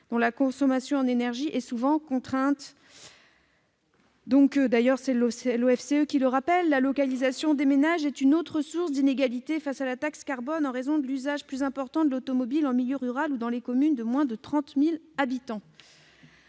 dont la consommation en énergie est souvent contrainte. En outre, comme l'Observatoire français des conjonctures économiques le rappelle, la localisation des ménages est une autre source d'inégalité face à la taxe carbone, en raison de l'usage plus important de l'automobile en milieu rural ou dans les communes de moins de 30 000 habitants.